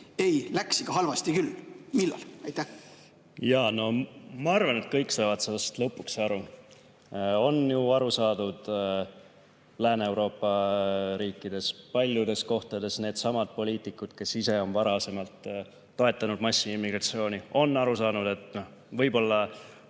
ei, läks ikka halvasti küll? Millal? Ma arvan, et kõik saavad sellest lõpuks aru. On ju aru saadud Lääne-Euroopa riikides. Paljudes kohtades on needsamad poliitikud, kes ise on varasemalt toetanud massiimmigratsiooni, aru saanud. Võib-olla